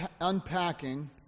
unpacking